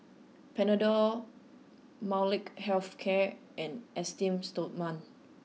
panadol Molnylcke health care and Esteem stoma